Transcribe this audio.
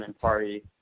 party